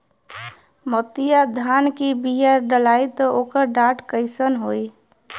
मोतिया धान क बिया डलाईत ओकर डाठ कइसन होइ?